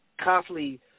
constantly